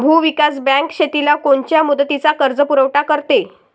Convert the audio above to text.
भूविकास बँक शेतीला कोनच्या मुदतीचा कर्जपुरवठा करते?